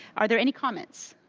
are there any comments?